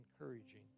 encouraging